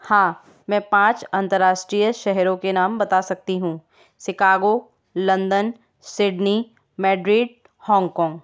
हाँ मैं पाँच अंतर्राष्ट्रीय शहरों के नाम बता सकती हूँ Chicago London Sydney Madrid Hong Kong